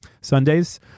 Sundays